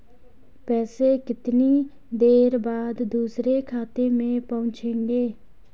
पैसे कितनी देर बाद दूसरे खाते में पहुंचेंगे?